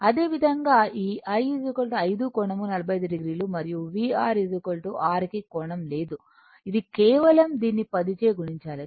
అదేవిధంగా ఈ I 5 కోణం 45 o మరియు VR R కి కోణం లేదు అది కేవలం దీన్ని పది చే గుణించాలి